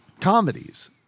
comedies